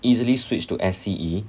easily switch to S_C_E